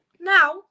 Now